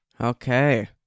okay